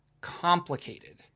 complicated